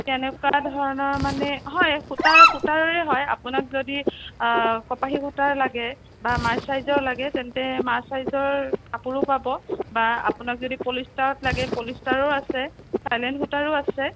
কেনেকুৱা ধৰণৰ মানে হয় সূতাৰ সূতাৰে হয় আপোনাক যদি কপাহী সূতাৰ লাগে বা মাৰ চাইজৰ লাগে তেন্তে মাৰ চাইজৰ কাপোৰো পাব বা আপোনাক যদি পলিষ্টাৰত লাগে পলিষ্টাৰো আছে থাইলেন সূতাৰো আছে